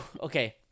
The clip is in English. Okay